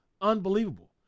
unbelievable